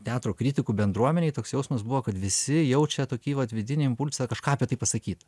teatro kritikų bendruomenėj toks jausmas buvo kad visi jaučia tokį vat vidinį impulsą kažką apie tai pasakyt